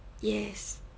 yes